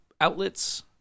outlets